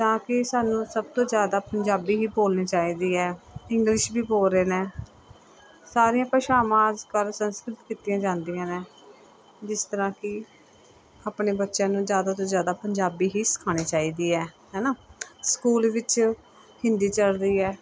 ਤਾਂ ਕਿ ਸਾਨੂੰ ਸਭ ਤੋਂ ਜ਼ਿਆਦਾ ਪੰਜਾਬੀ ਹੀ ਬੋਲਣੀ ਚਾਹੀਦੀ ਹੈ ਇੰਗਲਿਸ਼ ਵੀ ਬੋਲ ਰਹੇ ਨੇ ਸਾਰੀਆਂ ਭਾਸ਼ਾਵਾਂ ਅੱਜ ਕੱਲ੍ਹ ਸੰਸਕ੍ਰਿਤ ਕੀਤੀਆਂ ਜਾਂਦੀਆਂ ਨੇ ਜਿਸ ਤਰ੍ਹਾਂ ਕਿ ਆਪਣੇ ਬੱਚਿਆਂ ਨੂੰ ਜ਼ਿਆਦਾ ਤੋਂ ਜ਼ਿਆਦਾ ਪੰਜਾਬੀ ਹੀ ਸਿਖਾਉਣੀ ਚਾਹੀਦੀ ਹੈ ਹੈ ਨਾ ਸਕੂਲ ਵਿੱਚ ਹਿੰਦੀ ਚੱਲ ਰਹੀ ਹੈ